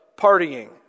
partying